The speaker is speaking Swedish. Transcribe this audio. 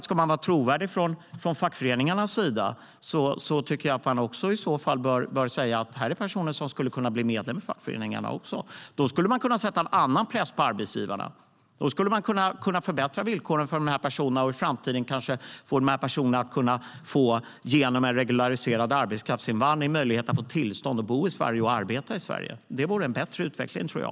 Ska fackföreningarna vara trovärdiga borde de i så fall låta dessa människor bli medlemmar i fackföreningarna. Då skulle de kunna sätta en annan press på arbetsgivarna. De skulle kunna förbättra villkoren för dessa personer och i framtiden kanske få igenom en regulariserad arbetskraftskraftsinvandring där dessa människor fick tillstånd att bo och arbeta i Sverige. Det vore en bättre utveckling, tror jag.